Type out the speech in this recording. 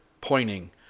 pointing